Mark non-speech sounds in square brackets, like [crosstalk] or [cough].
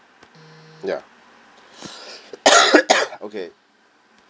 ya [coughs] okay